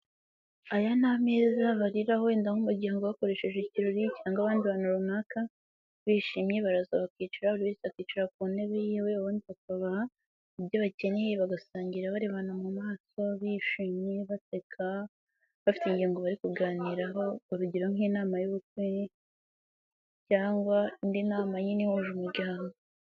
Aya ni ameza bariraho wenda nko mu gihe bakoresheje ikirori cyangwa abandi bantu runaka bishimye baraza bakicara buri wese akicara ku ntebe y'iwe ubundi bakabaha ibyo bakeneye bagasangira barebana mu maso bishimye baseka bafite ingingo bari kuganiraho urugero nk'inama y'ubukwe cyangwa indi nama nini ihuje umuryango.